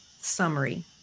summary